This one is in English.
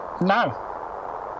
no